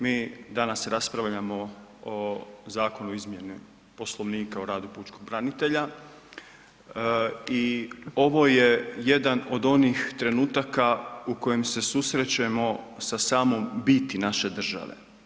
Mi danas raspravljamo o Zakonu o izmjeni Poslovnika o radu pučkog branitelja i ovo je jedan od onih trenutaka u kojem se susrećemo sa samom biti naše države.